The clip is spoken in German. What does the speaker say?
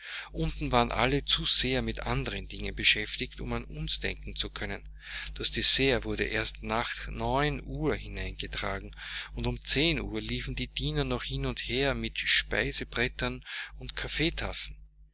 unten waren alle zu sehr mit anderen dingen beschäftigt um an uns denken zu können das dessert wurde erst nach neun uhr hineingetragen und um zehn uhr liefen die diener noch hin und her mit speisebrettern und kaffeetassen